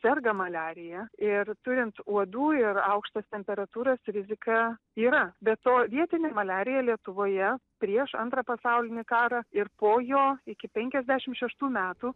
serga maliarija ir turint uodų ir aukštos temperatūros rizika yra be to vietinė maliarija lietuvoje prieš antrą pasaulinį karą ir po jo iki penkiasdešim šeštų metų